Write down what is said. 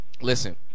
Listen